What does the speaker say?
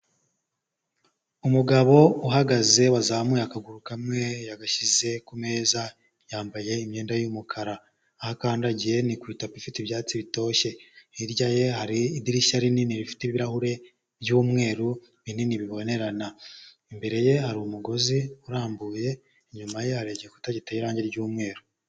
Umugabo uhagaze wazamuye akaguru kamwe yagashyize ku meza yambaye imyenda y'umukara, aho akandagiye ni ku itapu ifite ibyatsi bitoshye, hirya ye hari idirishya rinini rifite ibirahure by'umweru binini bibonerana, imbere ye hari umugozi urambuye, inyuma hari igikuta giteye irange ry'umweru.